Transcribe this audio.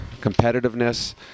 competitiveness